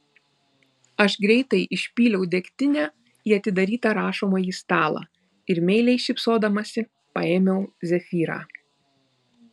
aš greitai išpyliau degtinę į atidarytą rašomąjį stalą ir meiliai šypsodamasi paėmiau zefyrą